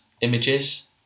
images